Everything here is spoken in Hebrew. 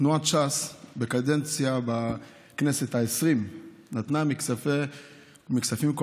תנועת ש"ס נתנה בכנסת העשרים מכספים קואליציוניים